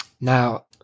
Now